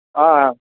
ಆ ಆ